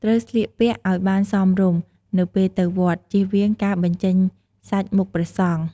ត្រូវស្លៀកពាក់ឲ្យបានសមរម្យនៅពេលទៅវត្ត ជៀសវាងការបញ្ចេញសាច់មុខព្រះសង្ឃ។